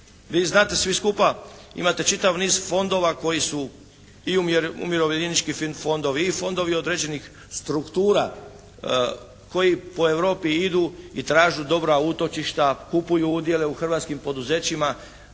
vi znate svi skupa, imate čitav niz fondova koji su i umirovljenički fondovi, i fondovi određenih struktura koji po Europi idu i traže dobra utočišta, kupuju udjele u hrvatskim poduzećima,